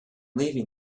leaving